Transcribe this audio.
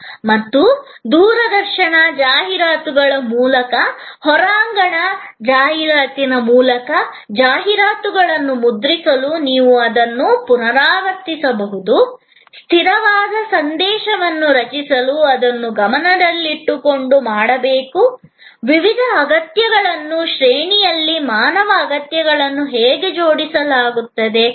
ಮತ್ತು ದೂರದರ್ಶನ ಜಾಹೀರಾತುಗಳ ಮೂಲಕ ಹೊರಾಂಗಣ ಜಾಹೀರಾತಿನ ಮೂಲಕ ಜಾಹೀರಾತುಗಳನ್ನು ಮುದ್ರಿಸಲು ನೀವು ಅದನ್ನು ಪುನರಾವರ್ತಿಸಬಹುದು ಸ್ಥಿರವಾದ ಸಂದೇಶವನ್ನು ರಚಿಸಿ ಇದನ್ನು ಗಮನದಲ್ಲಿಟ್ಟುಕೊಂಡು ಮಾಡಬೇಕು ವಿವಿಧ ಅಗತ್ಯಗಳನ್ನು ಶ್ರೇಣಿಯಲ್ಲಿ ಮಾನವ ಅಗತ್ಯಗಳನ್ನು ಹೇಗೆ ಜೋಡಿಸಲಾಗುತ್ತದೆ